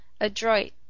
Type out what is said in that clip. adroit